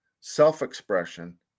self-expression